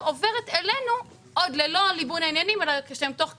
בכלל עוברת אלינו עוד ללא ליבון העניינים אלא כשהם תוך כדי.